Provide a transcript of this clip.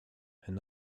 and